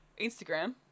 Instagram